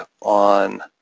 on